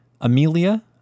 Amelia